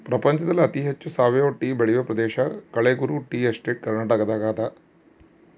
ಪ್ರಪಂಚದಲ್ಲಿ ಅತಿ ಹೆಚ್ಚು ಸಾವಯವ ಟೀ ಬೆಳೆಯುವ ಪ್ರದೇಶ ಕಳೆಗುರು ಟೀ ಎಸ್ಟೇಟ್ ಕರ್ನಾಟಕದಾಗದ